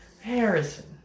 Harrison